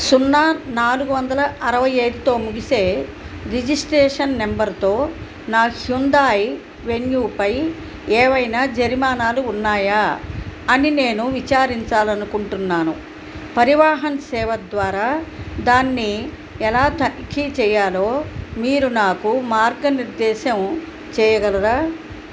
సున్నా నాలుగు వందల అరవై ఐదుతో ముగిసే రిజిస్ట్రేషన్ నంబర్తో నా హ్యుందాయ్ వెన్యూ పై ఏవైనా జరిమానాలు ఉన్నాయా అని నేను విచారించాలి అనుకుంటున్నాను పరివాహన్ సేవ ద్వారా దాన్ని ఎలా తనిఖీ చేయాలో మీరు నాకు మార్గనిర్దేశం చేయగలరా